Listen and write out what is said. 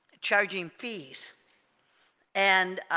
charging fees and